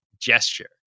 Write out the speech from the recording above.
gesture